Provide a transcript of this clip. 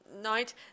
night